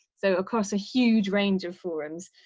so across a huge range of forums,